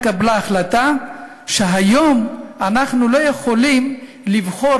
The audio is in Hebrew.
התקבלה החלטה שהיום אנחנו לא יכולים לבחור